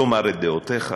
תאמר את דעותיך,